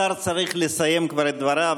השר צריך לסיים כבר את דבריו,